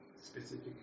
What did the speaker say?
specific